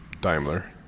Daimler